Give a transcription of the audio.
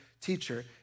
teacher